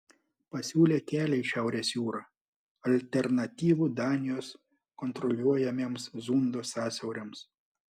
pasiūlė kelią į šiaurės jūrą alternatyvų danijos kontroliuojamiems zundo sąsiauriams